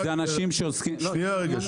יש אנשים שמבינים שהדברים --- רק רגע,